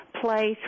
place